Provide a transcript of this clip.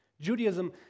Judaism